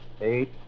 Eight